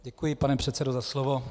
Děkuji, pane předsedo, za slovo.